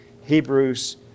Hebrews